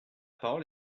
parole